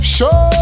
Show